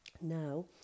now